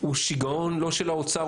הוא שיגעון לא של האוצר,